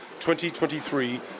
2023